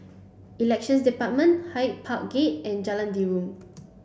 Elections Department Hyde Park Gate and Jalan Derum